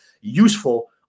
useful